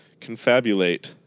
confabulate